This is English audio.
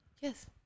Yes